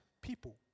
people